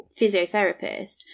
physiotherapist